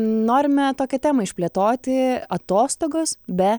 norime tokią temą išplėtoti atostogos be